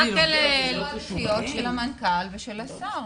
סדרי עדיפויות של המנכ"ל ושל השר.